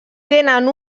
tenen